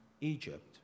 Egypt